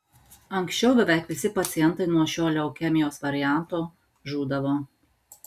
anksčiau beveik visi pacientai nuo šio leukemijos varianto žūdavo